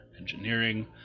engineering